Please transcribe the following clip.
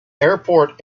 airport